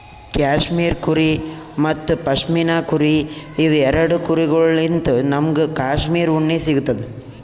cashmere ಕುರಿ ಮತ್ತ್ ಪಶ್ಮಿನಾ ಕುರಿ ಇವ್ ಎರಡ ಕುರಿಗೊಳ್ಳಿನ್ತ್ ನಮ್ಗ್ ಕ್ಯಾಶ್ಮೀರ್ ಉಣ್ಣಿ ಸಿಗ್ತದ್